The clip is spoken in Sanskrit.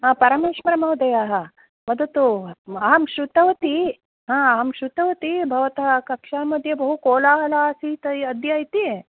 परमेश्वरमहोदयः वदतु आम् श्रुतवती हा अहं श्रुतवती भवतः कक्षा मध्ये बहु कोलाहल आसीत् अद्य इति